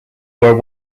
were